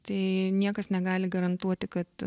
tai niekas negali garantuoti kad